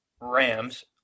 Rams